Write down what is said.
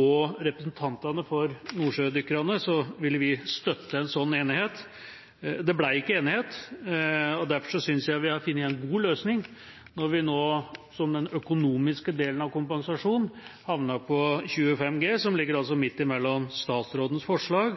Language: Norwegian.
og representantene for nordsjødykkerne, ville vi støtte en sånn enighet. Det ble ikke enighet, og derfor synes jeg vi har funnet en god løsning når vi nå, som den økonomiske delen av kompensasjonen, havnet på 25 G, som ligger midt mellom statsrådens forslag